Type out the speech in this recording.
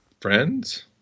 friends